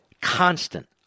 Constant